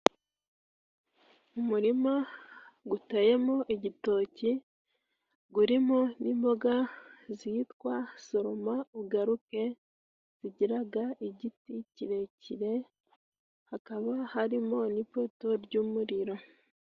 Umurima guteyemo igitoki, gurimo n'imboga zitwa soroma ugaruke zigiraga igiti kirekire hakaba harimo n'ipoto ry'umuriro.